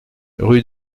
rue